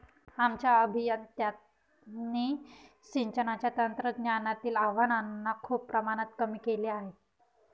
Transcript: आमच्या अभियंत्यांनी सिंचनाच्या तंत्रज्ञानातील आव्हानांना खूप प्रमाणात कमी केले आहे